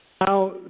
Now